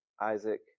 Isaac